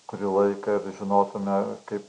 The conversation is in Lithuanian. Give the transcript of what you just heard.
kurį laiką ir žinotume kaip